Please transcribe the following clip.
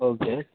okay